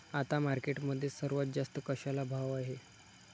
आता मार्केटमध्ये सर्वात जास्त कशाला भाव आहे?